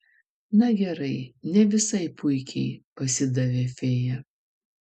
na gerai ne visai puikiai pasidavė fėja